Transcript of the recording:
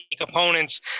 components